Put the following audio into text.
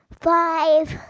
Five